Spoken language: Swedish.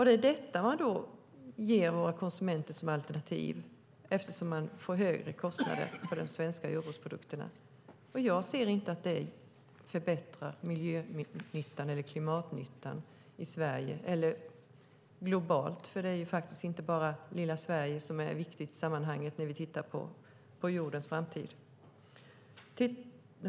Det är detta man ger våra konsumenter som alternativ eftersom det blir högre kostnader på de svenska jordbruksprodukterna. Jag ser inte att det förbättrar miljönyttan eller klimatnyttan i Sverige eller globalt, för den delen. Det är ju faktiskt inte bara lilla Sverige som är viktigt i sammanhanget när det handlar om jordens framtid.